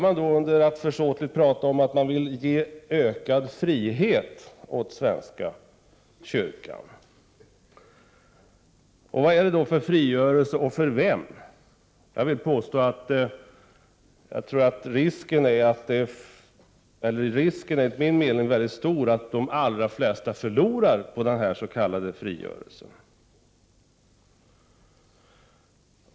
Man talar försåtligt om att man vill ge ökad frihet åt svenska kyrkan. Vad är det för frigörelse och för vem? Jag vill påstå att risken är väldigt stor att de allra flesta skulle förlora på den s.k. frigörelsen.